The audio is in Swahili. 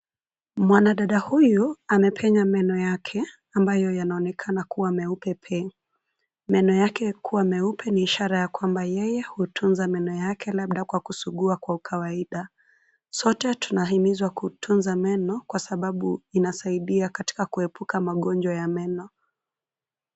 Mwanadada huyu, amepenya meno yake ambayo yanaonekana kuwa meupe pe! Meno yake kuwa meupe ni ishara ya kwamba yeye hutunza meno yake labda kwa kusugua kwa ukawaida. Sote tunahimizwa kutunza meno kwa sababu inasaidia katika kuepuka magonjwa ya meno.